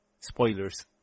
spoilers